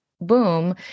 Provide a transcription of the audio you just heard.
boom